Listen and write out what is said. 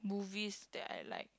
movies that I like